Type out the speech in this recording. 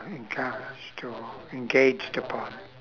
to engaged upon